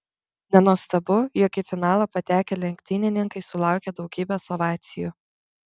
nenuostabu jog į finalą patekę lenktynininkai sulaukė daugybės ovacijų